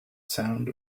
sound